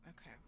okay